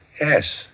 Yes